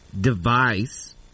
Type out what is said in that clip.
device